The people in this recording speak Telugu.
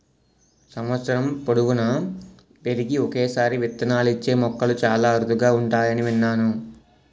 సంవత్సరం పొడువునా పెరిగి ఒక్కసారే విత్తనాలిచ్చే మొక్కలు చాలా అరుదుగా ఉంటాయని విన్నాను